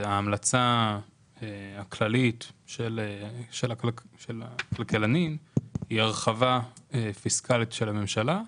ההמלצה הכללית של הכלכלנים היא הרחבה פיסקלית של הממשלה,